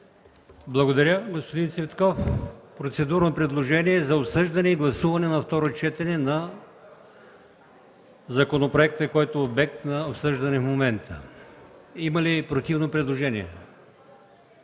Благодаря, господин Цветков. Има процедурно предложение за обсъждане и гласуване на второ четене на законопроекта, който е обект на обсъждане в момента. Има ли противно предложение?